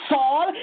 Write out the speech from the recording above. Saul